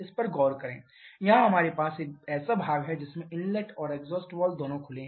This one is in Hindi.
इस पर गौर करें यहाँ हमारे पास एक ऐसा भाग है जिसमें इनलेट और एग्जॉस्ट वाल्व दोनों खुले हैं